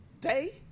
day